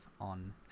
on